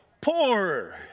poorer